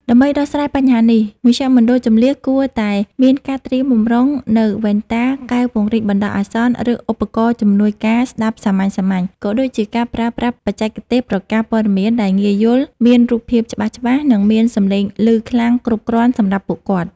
ដើម្បីដោះស្រាយបញ្ហានេះ មជ្ឈមណ្ឌលជម្លៀសគួរតែមានការត្រៀមបម្រុងនូវវ៉ែនតា កែវពង្រីកបណ្ដោះអាសន្ន ឬឧបករណ៍ជំនួយការស្ដាប់សាមញ្ញៗ ក៏ដូចជាការប្រើប្រាស់បច្ចេកទេសប្រកាសព័ត៌មានដែលងាយយល់ មានរូបភាពច្បាស់ៗ និងមានសម្លេងឮខ្លាំងគ្រប់គ្រាន់សម្រាប់ពួកគាត់។